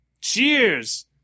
cheers